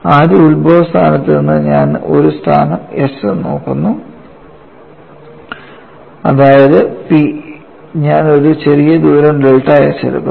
ആദ്യ ഉത്ഭവസ്ഥാനത്ത് നിന്ന് ഞാൻ ഒരു സ്ഥാനം s നോക്കുന്നു അതായത് P ഞാൻ ഒരു ചെറിയ ദൂരം ഡെൽറ്റ s എടുക്കുന്നു